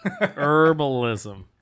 Herbalism